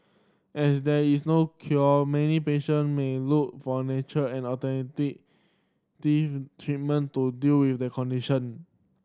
as there is no cure many patient may look for natural and alternative these treatment to deal with their condition